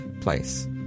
place